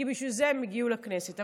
כי בשביל זה הם הגיעו לכנסת.